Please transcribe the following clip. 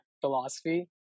philosophy